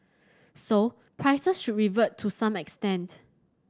so prices should revert to some extent